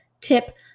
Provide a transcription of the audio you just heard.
tip